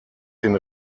den